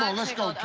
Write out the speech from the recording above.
ah let's go,